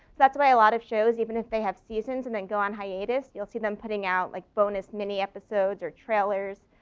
that's why a lot of shows even if they have seasons and then go on hiatus, you'll see them putting out like bonus mini episodes or trailers,